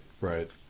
right